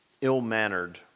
ill-mannered